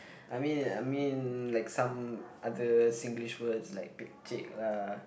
I mean I mean like some other Singlish words like pekchek lah